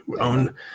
own